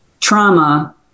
trauma